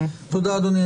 תודה, אדוני.